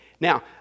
Now